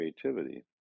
creativity